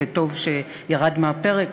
וטוב שזה ירד מהפרק,